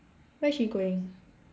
where she going